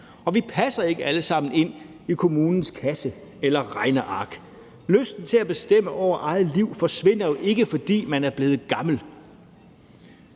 og vi ikke alle sammen passer ind i kommunens kasse eller regneark. Lysten til at bestemme over eget liv forsvinder jo ikke, fordi man er blevet gammel,